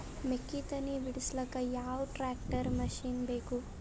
ಮೆಕ್ಕಿ ತನಿ ಬಿಡಸಕ್ ಯಾವ ಟ್ರ್ಯಾಕ್ಟರ್ ಮಶಿನ ಬೇಕು?